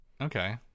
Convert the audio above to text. okay